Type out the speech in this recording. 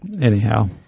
Anyhow